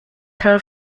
term